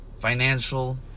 financial